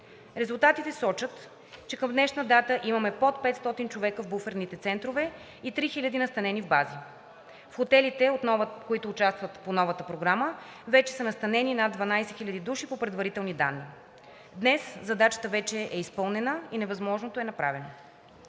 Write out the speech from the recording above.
Резултатите сочат, че към днешна дата имаме под 500 човека в буферните центрове и 3000 настанени в бази. В хотелите, които участват по новата програма, вече са настанени над 12 000 души по предварителни данни. Днес задачата вече е изпълнена и невъзможното е направено.